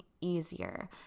easier